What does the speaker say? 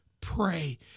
pray